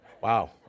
Wow